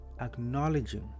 acknowledging